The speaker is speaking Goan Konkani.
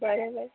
बरें बरें